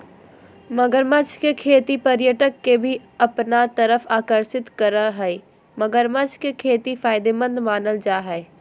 मगरमच्छ के खेती पर्यटक के भी अपना तरफ आकर्षित करअ हई मगरमच्छ के खेती फायदेमंद मानल जा हय